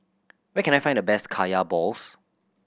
where can I find the best Kaya balls